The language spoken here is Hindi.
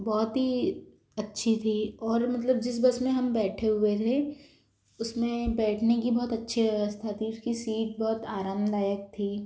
बहुत ही अच्छी थी और मतलब जिस बस में हम बैठे हुए थे उसमें बैठने की बहुत अच्छी व्यवस्था थी उसकी सीट बहुत आरामदायक थी